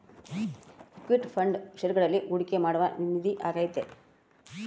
equity fund ಷೇರುಗಳಲ್ಲಿ ಹೂಡಿಕೆ ಮಾಡುವ ನಿಧಿ ಆಗೈತೆ